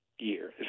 Year